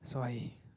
so I